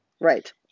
right